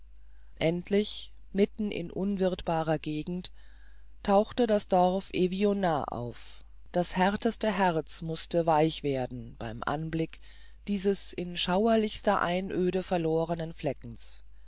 endlich mitten in unwirthbarer gegend tauchte das dorf evionnaz auf das härteste herz mußte weich werden beim anblick dieses in schauerlichster einöde verlorenen fleckens